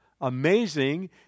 amazing